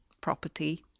property